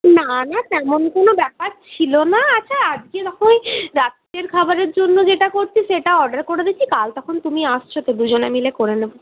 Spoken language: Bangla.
না না তেমন কোনো ব্যাপার ছিল না আচ্ছা আজকে ওই রাত্রের খাবারের জন্যে যেটা করছি সেটা অর্ডার করে দিচ্ছি কাল তখন তুমি আসছ তো দুজনে মিলে করে নেব